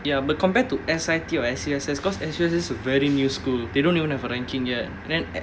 ya but compared to S_I_T or S_U_S_S because S_U_S_S is very new school they don't even have a ranking yet then